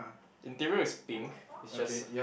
interior is pink is just a